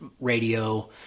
radio